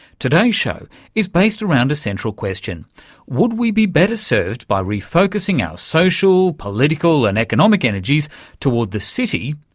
today's show is based around a central question would we be better served by refocusing our social, political and economic energies toward the city,